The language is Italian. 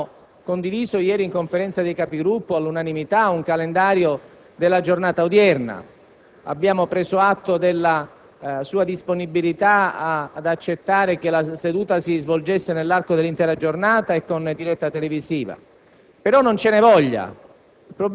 signor Presidente, abbiamo condiviso ieri in Conferenza dei Capigruppo all'unanimità il calendario della giornata odierna. Abbiamo preso atto della sua disponibilità ad accettare che la seduta si svolgesse nell'arco dell'intera giornata, con diretta televisiva.